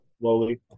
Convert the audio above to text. slowly